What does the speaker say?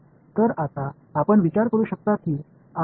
तर आता आपण विचार करू शकता की आम्ही हे कसे अधिक अचूक बनवू शकतो